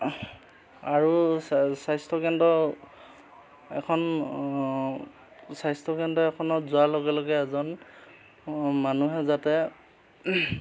আৰু স্বাস্থ্যকেন্দ্ৰ এখন স্বাস্থ্যকেন্দ্ৰ এখনত যোৱাৰ লগে লগে এজন মানুহে যাতে